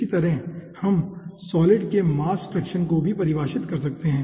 इसी तरह से हम सॉलिड के मास फ्रैक्शन को परिभाषित कर सकते हैं